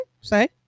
Say